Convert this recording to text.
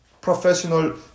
professional